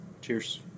cheers